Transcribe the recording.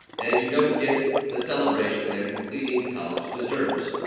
and you don't get the celebration that completing college deserves.